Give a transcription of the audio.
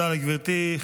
תודה לגברתי.